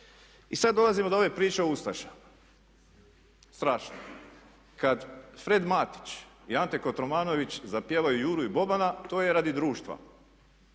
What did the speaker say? I sad dolazimo do ove priče o ustašama. Strašno! Kad Fred Matić i Ante Kotromanović zapjevaju Juru i Bobana to je radi društva,